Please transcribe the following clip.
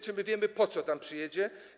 Czy my wiemy, po co tam przyjedzie?